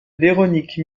véronique